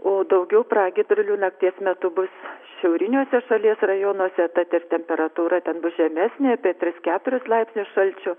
o daugiau pragiedrulių nakties metu bus šiauriniuose šalies rajonuose tad ir temperatūra ten bus žemesnė apie tris keturis laipsnius šalčio